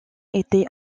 été